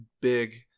Big